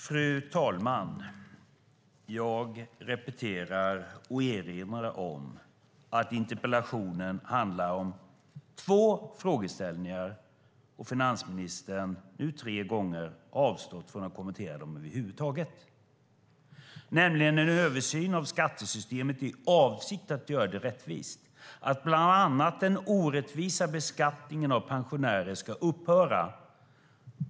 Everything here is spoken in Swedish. Fru talman! Jag repeterar och erinrar om att interpellationen handlar om två frågeställningar, och finansministern har nu tre gånger avstått från att kommentera dem över huvud taget. Den första frågeställningen handlar nämligen om en översyn av skattesystemet i avsikt att göra det rättvist, bland annat att den orättvisa beskattningen av pensionärer ska uppgöra.